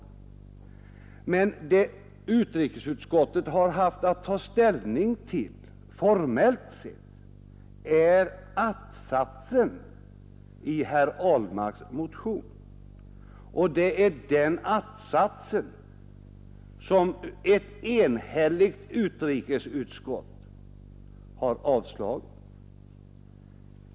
Men det utrikesutskottet har haft att ta ställning till — formellt sett — är att-satsen i herr Ahlmarks motion. Det är denna att-sats som ett enhälligt utrikesutskott har avstyrkt.